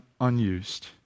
unused